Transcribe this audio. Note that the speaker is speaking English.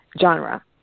genre